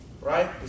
Right